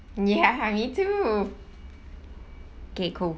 ya me too okay cool